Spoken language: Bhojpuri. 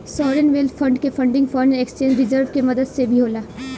सॉवरेन वेल्थ फंड के फंडिंग फॉरेन एक्सचेंज रिजर्व्स के मदद से भी होला